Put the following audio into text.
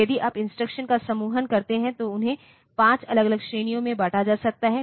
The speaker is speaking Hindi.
और यदि आप इंस्ट्रक्शंस का समूहन करते हैं तो उन्हें 5 अलग अलग श्रेणियों में बांटा जा सकता है